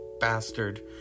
bastard